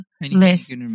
list